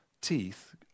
teeth